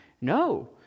No